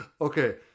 Okay